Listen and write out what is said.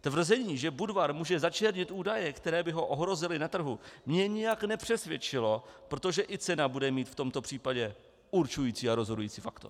Tvrzení, že Budvar může začernit údaje, které by ho ohrozily na trhu, mě nijak nepřesvědčilo, protože i cena bude mít v tomto případě určující a rozhodující faktor.